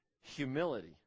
humility